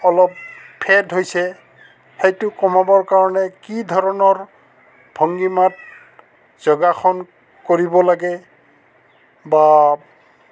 অলপ ফেদ হৈছে সেইটো কমাবৰ কাৰণে কি ধৰণৰ ভংগীমাত যোগাসন কৰিব লাগে বা